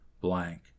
blank